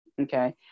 okay